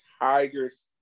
Tigers